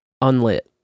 unlit